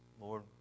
Lord